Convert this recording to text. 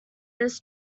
this